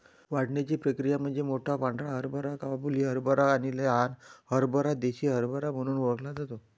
वाढण्याची प्रक्रिया म्हणजे मोठा पांढरा हरभरा काबुली हरभरा आणि लहान हरभरा देसी हरभरा म्हणून ओळखला जातो